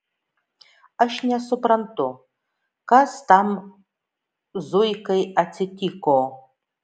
aš nesuprantu kas tam zuikai atsitiko